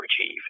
achieve